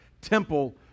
temple